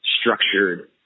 structured